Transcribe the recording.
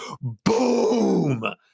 boom